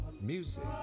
music